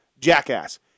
jackass